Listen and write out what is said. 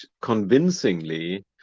convincingly